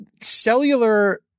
cellular